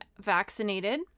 vaccinated